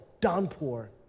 downpour